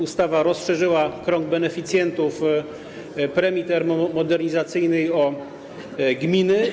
Ustawa rozszerzyła krąg beneficjentów premii termomodernizacyjnej o gminy.